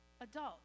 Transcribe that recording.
adult